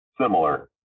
similar